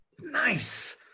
Nice